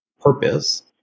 purpose